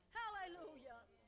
hallelujah